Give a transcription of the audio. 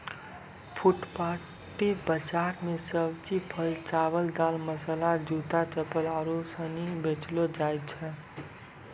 फुटपाटी बाजार मे सब्जी, फल, चावल, दाल, मसाला, जूता, चप्पल आरु सनी बेचलो जाय छै